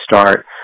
start